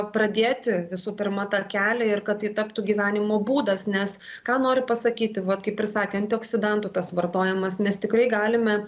pradėti visų pirma tą kelią ir kad tai taptų gyvenimo būdas nes ką noriu pasakyti vat kaip ir sakė anti oksidantų tas vartojamas nes tikrai galime